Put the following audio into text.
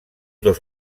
dos